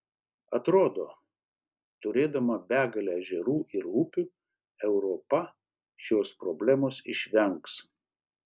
atrodo turėdama begalę ežerų ir upių europa šios problemos išvengs